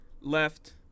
left